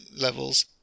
levels